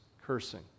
cursing